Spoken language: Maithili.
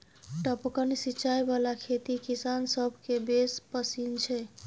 टपकन सिचाई बला खेती किसान सभकेँ बेस पसिन छै